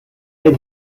ein